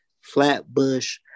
Flatbush